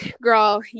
Girl